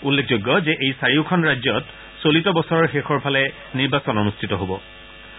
উল্লেখযোগ্য যে এই চাৰিওখন ৰাজ্যত চলিত বছৰৰ শেষৰ ফালে নিৰ্বাচন অনুষ্ঠিত হ'ব